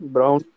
Brown